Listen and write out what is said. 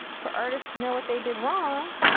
for artists to know what they did wrong.